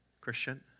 Christian